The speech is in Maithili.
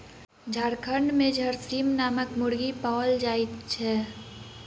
झारखंड मे झरसीम नामक मुर्गी पाओल जाइत छै